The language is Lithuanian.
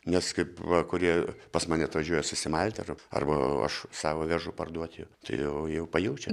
nes kaip va kurie pas mane atvažiuoja susimalti ar arba aš savo vežu parduoti tai jau jau pajaučia